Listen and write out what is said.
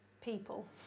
people